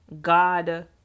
god